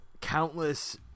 countless